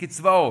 קצבאות,